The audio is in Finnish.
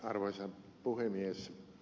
arvoisa puhemies